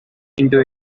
into